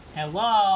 Hello